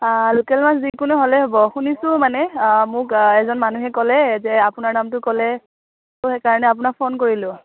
local মাছ যিকোনো হ'লেই হ'ব শুনিছোঁ মানে মোক এজন মানুহে ক'লে যে আপোনাৰ নামটো ক'লে ত' সেইকাৰণে আপোনাক ফোন কৰিলোঁ